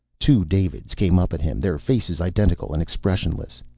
two davids came up at him, their faces identical and expressionless.